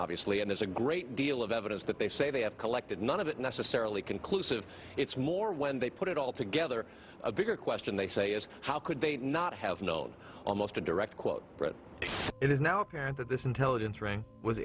obviously and there's a great deal of evidence that they say they have collected none of it necessarily conclusive it's more when they put it all together a bigger question they say is how could they not have known almost a direct quote it is now apparent that this intelligence